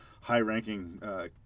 high-ranking